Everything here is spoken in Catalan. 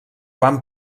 van